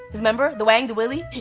his member, the wang, the willy?